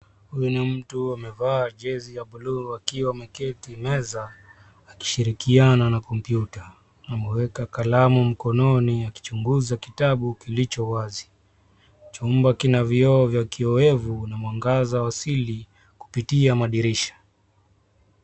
Huyu ni mtu amevaa jezi ya bluu akiwa ameketi meza akishirikiana na kompyuta. Ameweka kalamu mkononi akichunguza kitabu kilicho wazi. Chumba kina vioo vya kiowevu na mwangaza wa asili kupitia madirisha.